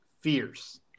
fierce